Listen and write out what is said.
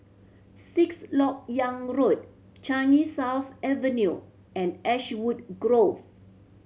Sixth Lok Yang Road Changi South Avenue and Ashwood Grove